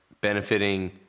benefiting